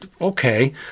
okay